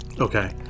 Okay